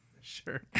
Sure